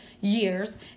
years